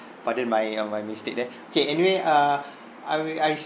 pardon my um my mistake there okay anyway uh I will I